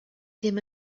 ddim